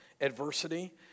adversity